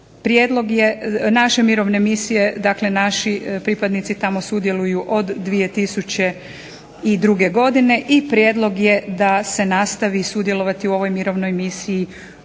Prijedlog je naše mirovne misije dakle naši pripadnici tamo sudjeluju od 2002. godine i prijedlog je da se nastavi sudjelovati u ovoj mirovnoj misiji